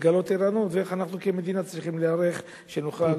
לגלות ערנות ואיך אנחנו כמדינה צריכים להיערך כך שנוכל,